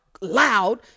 loud